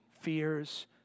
fears